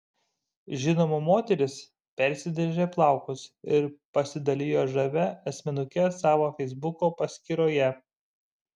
žinoma moteris persidažė plaukus ir pasidalijo žavia asmenuke savo feisbuko paskyroje